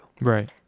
Right